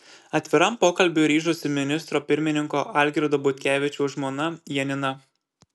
atviram pokalbiui ryžosi ministro pirmininko algirdo butkevičiaus žmona janina